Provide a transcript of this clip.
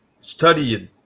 studied